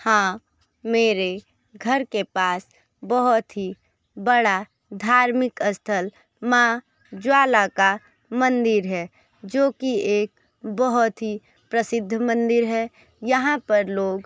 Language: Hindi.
हाँ मेरे घर के पास बहुत ही बड़ा धार्मिक स्थल माँ ज्वाला का मंदिर है जो कि एक बहुत ही प्रसिद्ध मंदिर है यहाँ पर लोग